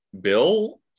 Bill